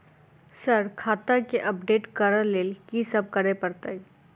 Sir खाता केँ update करऽ लेल की सब करै परतै?